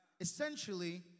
Essentially